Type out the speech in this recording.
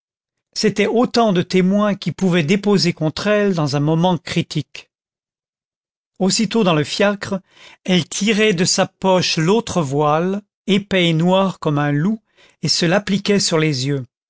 c'étaient autant de témoins qui pouvaient déposer contre elle dans un moment critique aussitôt dans le fiacre elle tirait de sa poche l'autre voile épais et noir comme un loup et se l'appliquait sur les yeux